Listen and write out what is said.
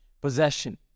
possession